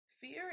Fear